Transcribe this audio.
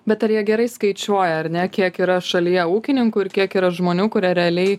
bet ar jie gerai skaičiuoja ar ne kiek yra šalyje ūkininkų ir kiek yra žmonių kurie realiai